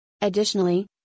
Additionally